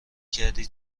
کردی